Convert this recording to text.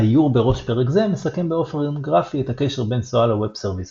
האיור בראש פרק זה מסכם באופן גרפי את הקשר בין SOA ל-Web Services